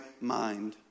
mind